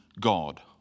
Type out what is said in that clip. God